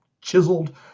chiseled